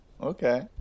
Okay